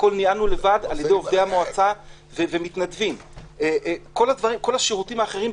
הכול ניהלנו לבד על ידי עובדי המועצה ומתנדבים וכל השירותים האחרים.